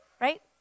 right